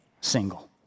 single